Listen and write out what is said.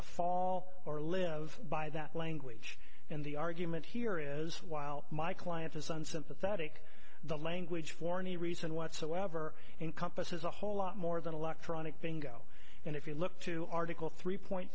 to fall or live by that language and the argument here is while my client is unsympathetic the language for any reason whatsoever encompasses a whole lot more than electronic bingo and if you look to article three point